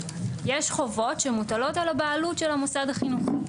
יש חובות שמוטלות על הבעלות של המוסד החינוכי.